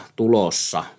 tulossa